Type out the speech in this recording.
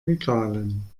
regalen